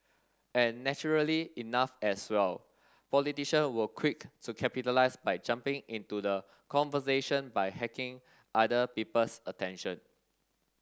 and naturally enough as well politician were quick to capitalise by jumping into the conversation by hacking other people's attention